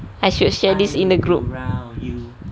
I should this in the group